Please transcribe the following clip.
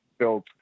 built